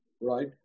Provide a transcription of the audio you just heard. right